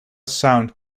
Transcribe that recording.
sound